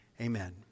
Amen